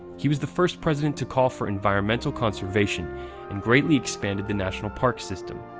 he was the first president to call for environmental conservation and greatly expanded the national parks system.